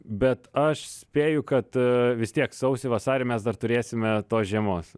bet aš spėju kad vis tiek sausį vasarį mes dar turėsime tos žiemos